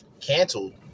canceled